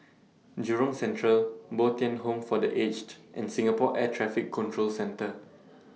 Jurong Central Bo Tien Home For The Aged and Singapore Air Traffic Control Centre